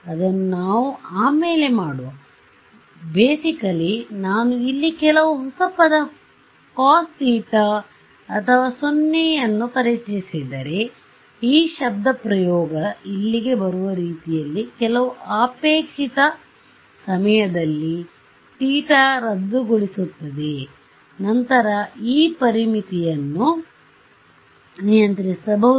ಅದನ್ನು ನಾವು ಆಮೇಲೆ ಮಾಡುವ ಮೂಲತಃ ನಾನು ಇಲ್ಲಿ ಕೆಲವು ಹೊಸ ಪದ ಕೋಸ್ θ cos θ ಅಥವಾ 0 ವನ್ನು ಪರಿಚಯಿಸಿದರೆ ಈ ಶಬ್ಧಪ್ರಯೋಗ ಇಲ್ಲಿಗೆ ಬರುವ ರೀತಿಯಲ್ಲಿಕೆಲವು ಅಪೇಕ್ಷಿತ ಸಮಯದಲ್ಲಿ θ ರದ್ದುಗೊಳಿಸುತ್ತದೆ ನಂತರ ಈ ಪರಿಮಿತಿಯನ್ನು ನಿಯಂತ್ರಿಸಬಹುದು